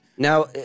Now